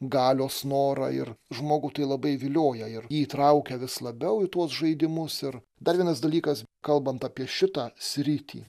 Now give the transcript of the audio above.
galios norą ir žmogų tai labai vilioja ir įtraukia vis labiau į tuos žaidimus ir dar vienas dalykas kalbant apie šitą sritį